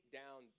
down